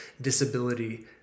disability